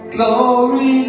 Glory